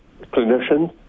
clinicians